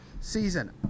Season